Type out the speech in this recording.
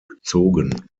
bezogen